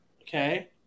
okay